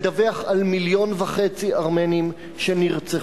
מדווח על 1.5 מיליון ארמנים שנרצחו.